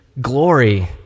glory